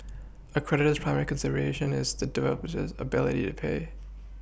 a creditor's primary consideration is a dweeb possess ability to pay